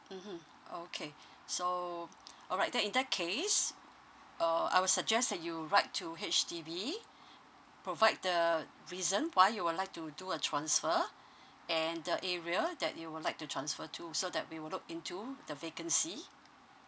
mmhmm okay so all right then in that case uh I will suggest that you write to H_D_B provide the reason why you would like to do a transfer and the area that you would like to transfer to so that we will look into the vacancy